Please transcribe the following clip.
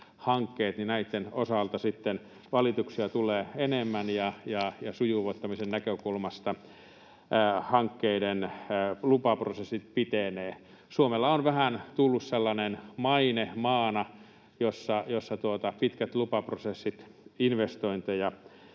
hankkeiden osalta valituksia tulee enemmän ja sujuvoittamisen näkökulmasta hankkeiden lupaprosessit pitenevät. Suomelle on vähän tullut maine maana, jossa pitkät lupaprosessit haittaavat investointeja,